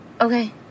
Okay